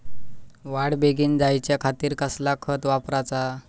वाढ बेगीन जायच्या खातीर कसला खत वापराचा?